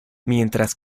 mientras